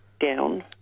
down